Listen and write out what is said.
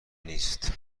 نیست